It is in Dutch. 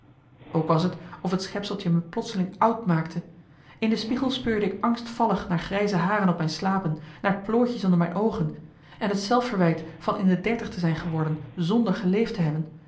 ook was t of het schepseltje me plotseling oud maakte in de spiegel speurde ik angstvallig naar grijze haren op mijn slapen naar plooitjes onder mijn oogen en het zelfverwijt van in de dertig te zijn geworden zonder geleefd te hebben